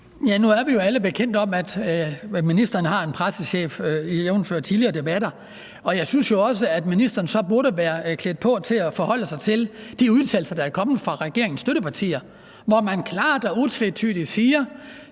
debatter, alle bekendt med, at ministeren har en pressechef, og jeg synes også, at ministeren så burde være klædt på til at forholde sig til de udtalelser, der er kommet fra regeringens støttepartier, hvor man klart og utvetydigt siger,